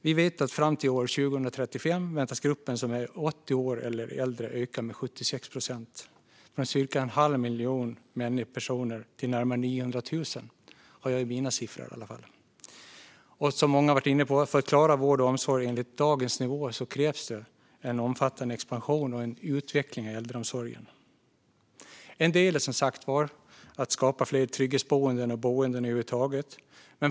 Vi vet att fram till 2035 väntas gruppen som är 80 år och äldre att öka med 76 procent - från cirka en halv miljon personer till närmare 900 000 personer, enligt mina siffror. Som många har varit inne på krävs det därför en omfattande expansion och utveckling av äldreomsorgen för att klara av vård och omsorg enligt dagens nivå. En del handlar som sagt var om att skapa fler trygghetsboenden och boenden över huvud taget.